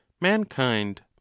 mankind